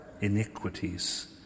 iniquities